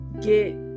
get